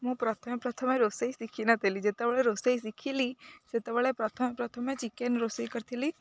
ମୁଁ ପ୍ରଥମେ ପ୍ରଥମେ ରୋଷେଇ ଶିଖିନଥିଲି ଯେତେବେଳେ ରୋଷେଇ ଶିଖିଲି ସେତେବେଳେ ପ୍ରଥମେ ପ୍ରଥମେ ଚିକେନ ରୋଷେଇ କରିଥିଲି